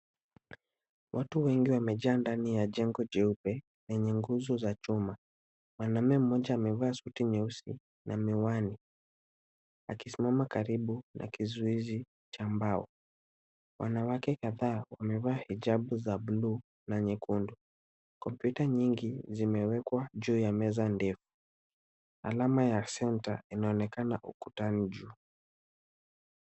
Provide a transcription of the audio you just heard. Watu wengi wamejaa ndani ya jengo jeupe lenye nguzo za chuma .Mwanaume moja amevaa suti nyeusi na miwani akisimama karibu na kizuizi cha mbao. Wanawake kadhaa wamevaa hijabu ya buluu na nyekundu .Komputa nyingi zimewekwa juu ya meza ndefu. Alama ya center inaonekana ukutani juu.